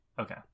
Okay